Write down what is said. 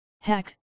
Heck